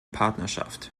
partnerschaft